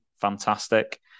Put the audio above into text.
fantastic